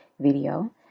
video